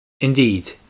Indeed